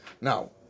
Now